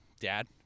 dad